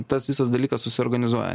tas visas dalykas susiorganizuoja